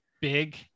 big